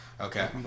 Okay